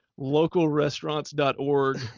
localrestaurants.org